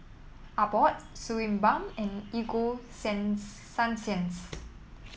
Abbott Suu Balm and Ego Sen Sunsense